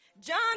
John